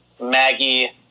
Maggie